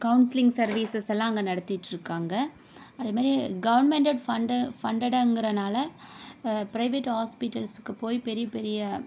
counselling சர்வீசஸ்லாம் அங்கே நடத்திகிட்டு இருக்காங்க அதே மாதிரி கவர்மெண்ட்டட் ஃபண்டு ஃபண்டடுங்கறதுனால் ப்ரைவேட் ஹாஸ்பிட்டல்ஸுக்கு போய் பெரிய பெரிய